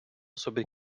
sobre